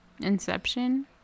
Inception